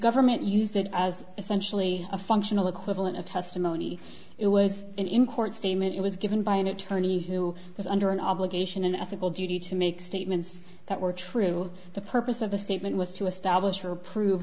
government used it as essentially a functional equivalent of testimony it was in court statement it was given by an attorney who was under an obligation an ethical duty to make statements that were true the purpose of the statement was to establish to approve